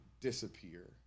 disappear